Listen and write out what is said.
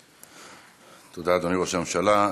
תודה, אדוני ראש הממשלה.